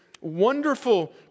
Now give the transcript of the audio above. wonderful